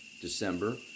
December